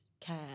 care